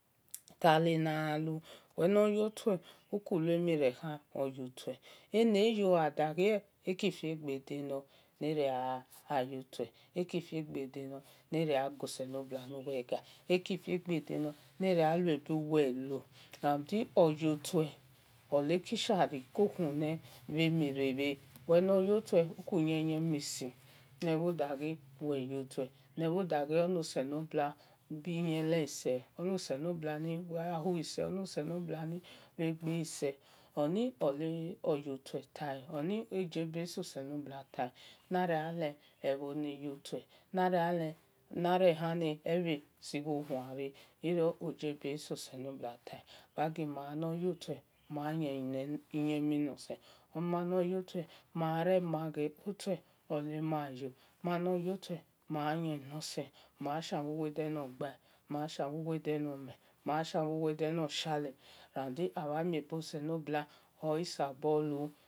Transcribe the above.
Tale-na lu onoyotue uki lue mhi rekhan oyotue eneyo gha daghee eki fiegbe delegbe tegha luebuwelu rude oyotue oleki sha ghi kokhunle namhire bhe enoyotue weki yon yemhiei nebho dagha wel yotue nebho daghe wel yotue ebho gha daghele eki fiegbe delegbe oni oyotue tale oni ebe nososelobua tale oni mhen le mane yotue wa gima yi uyemhi non sen mane yotue ni ma gba rema wel ghe otue mayo manoyotue maten nosen ma yen wu wode nor gba mayen wuwode no mhen mayen wu wode no hiale nade ama mie boselobu sabolu